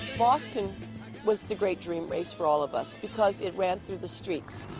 boston was the great dream race for all of us, because it ran through the streets,